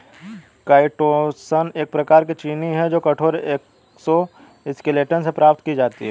chitosan एक प्रकार की चीनी है जो कठोर एक्सोस्केलेटन से प्राप्त की जाती है